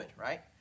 right